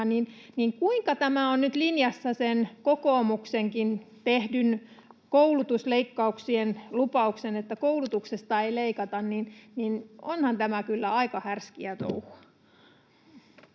Kuinka tämä on nyt linjassa sen kokoomuksenkin tekemän koulutusleikkauksien lupauksen kanssa, että koulutuksesta ei leikata? Onhan tämä kyllä aika härskiä touhua.